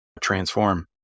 transform